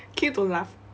can you don't laugh